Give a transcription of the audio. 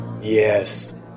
Yes